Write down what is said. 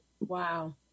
Wow